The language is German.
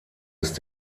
ist